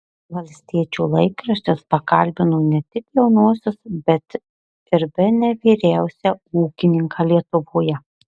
valstiečių laikraštis pakalbino ne tik jaunuosius bet ir bene vyriausią ūkininką lietuvoje